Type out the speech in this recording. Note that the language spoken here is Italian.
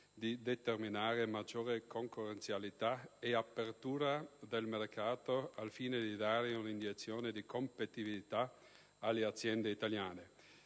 di determinare maggiore concorrenzialità e apertura del mercato e di dare un'iniezione di competitività alle aziende italiane.